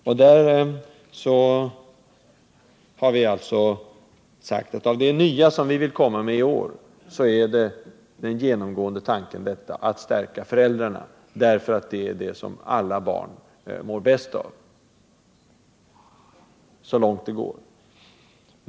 Vi har då sagt att den genomgående tanken för det vi vill åstadkomma i år är att stärka föräldrarna, eftersom det är det som alla barn mår bäst av.